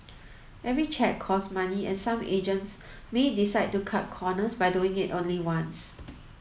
every check costs money and some agents may decide to cut corners by doing it only once